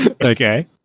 okay